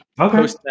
okay